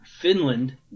Finland